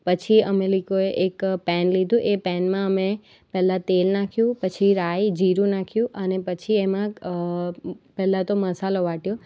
પછી અમે લાઇક એક પેન લીધું એ પેનમાં અમે પહેલાં તેલ નાખ્યું પછી રાઈ જીરું નાખ્યું અને પછી એમાં પહેલાં તો મસાલો વાટ્યો